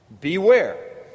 Beware